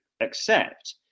accept